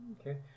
Okay